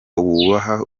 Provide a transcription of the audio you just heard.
wubaha